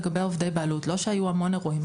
לא שהיו המון אירועים,